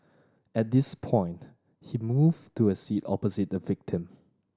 at this point he moved to a seat opposite the victim